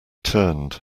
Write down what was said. turned